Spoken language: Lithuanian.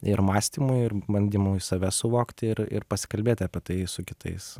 ir mąstymui ir bandymui save suvokti ir pasikalbėti apie tai su kitais